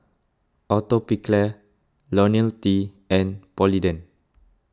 Atopiclair Ionil T and Polident